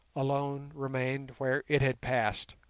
alone remained where it had passed.